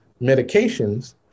medications